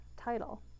title